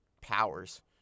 powers